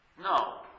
No